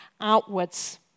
outwards